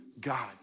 God